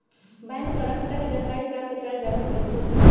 bank द्वारा खता के जानकारी प्राप्त कएल जा सकइ छइ